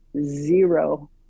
zero